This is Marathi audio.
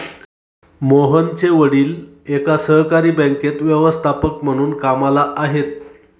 मोहनचे वडील एका सहकारी बँकेत व्यवस्थापक म्हणून कामला आहेत